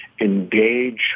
engage